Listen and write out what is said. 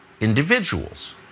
individuals